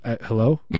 Hello